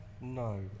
No